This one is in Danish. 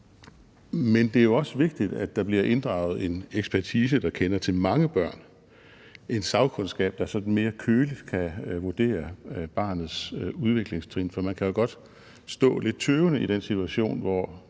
men det er også vigtigt, at det bliver inddraget en ekspertise, der kender til mange børn, en sagkundskab, der sådan mere køligt kan vurdere barnets udviklingstrin, for man kan jo godt stå lidt tøvende i den situation, hvor